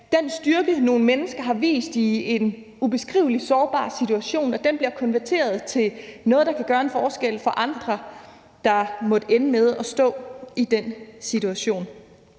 den styrke, nogle mennesker har vist i en ubeskrivelig sårbar situation, bliver konverteret til noget, der kan gøre en forskel for andre, der måtte ende med at stå i den situation.